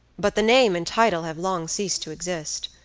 but the name and title have long ceased to exist.